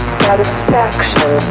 satisfaction